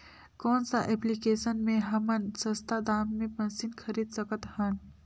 कौन सा एप्लिकेशन मे हमन सस्ता दाम मे मशीन खरीद सकत हन?